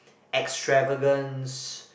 extravagance